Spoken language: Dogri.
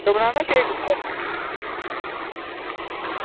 नांऽ बनाना केक उप्पर